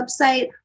website